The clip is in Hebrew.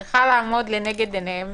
צריכה לעמוד לנגד עיניהם